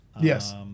yes